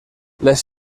les